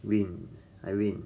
win I win